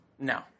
No